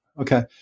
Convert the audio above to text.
okay